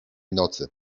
nocy